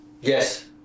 Yes